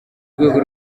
rwego